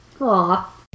Aw